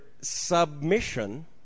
submission